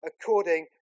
according